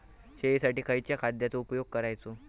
शेळीसाठी खयच्या खाद्यांचो उपयोग करायचो?